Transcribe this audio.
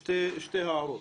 שתי הערות: